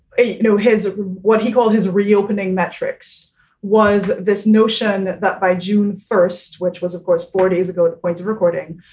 you know his ah what he called his reopening metrics was this notion that by june first, which was, of course, four days ago, the point of recording,